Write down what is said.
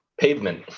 pavement